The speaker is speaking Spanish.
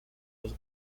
dos